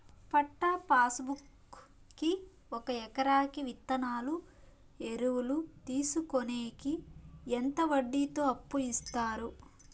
పట్టా passbook కి ఒక ఎకరాకి విత్తనాలు, ఎరువులు తీసుకొనేకి ఎంత వడ్డీతో అప్పు ఇస్తారు?